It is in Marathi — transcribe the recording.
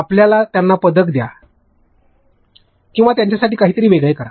आपल्याला त्यांना पदक द्या किंवा त्यांच्यासाठी काहीतरी वेगळे करा